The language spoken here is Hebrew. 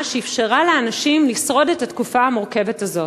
שאפשרה לאנשים לשרוד בתקופה המורכבת הזאת.